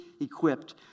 equipped